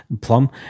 plum